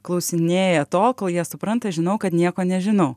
klausinėja tol kol jie supranta žinau kad nieko nežinau